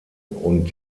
und